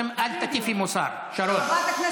אל תטיפי מוסר, שרון.